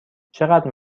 چقدر